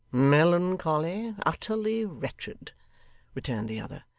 melancholy, utterly wretched returned the other.